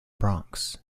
bronx